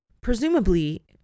Presumably